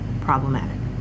problematic